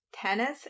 tennis